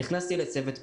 נכנסתי לצוות פדגוגיה,